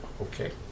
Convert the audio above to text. Okay